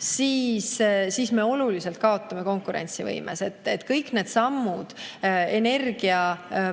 siis me oluliselt kaotame konkurentsivõimes. Kõik need sammud – energia